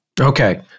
Okay